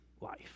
life